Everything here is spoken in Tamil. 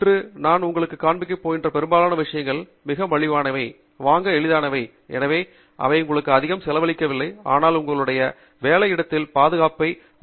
இன்று நான் உங்களுக்கு காண்பிக்கப் போகின்ற பெரும்பாலான விஷயங்கள் மிக மலிவானவை வாங்க எளிதானவை எனவே அவை உங்களுக்கு அதிகம் செலவழிக்கவில்லை ஆனால் உங்களுடைய வேலை இடத்தில் உங்களுடைய பாதுகாப்பு அதிகரிக்கிறது